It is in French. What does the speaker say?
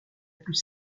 plus